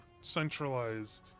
centralized